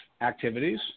activities